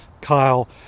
Kyle